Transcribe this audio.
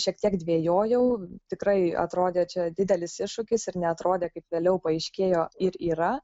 šiek tiek dvejojau tikrai atrodė čia didelis iššūkis ir neatrodė kaip vėliau paaiškėjo ir yra